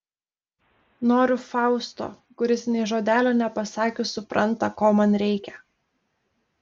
noriu fausto kuris nė žodelio nepasakius supranta ko man reikia